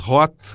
Hot